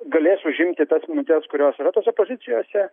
galės užimti tas minutes kurios yra tose pozicijose